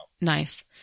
Nice